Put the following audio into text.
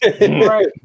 Right